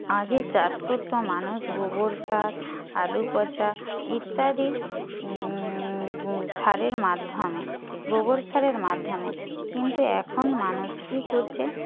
আগে চাষ করতো মানুষ গোবর সার আলু পচা ইত্যাদি সারের মাধ্যমে গোবর সারের মাধ্যমে কিন্তু এখন মানুষ কি করছে